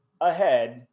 ahead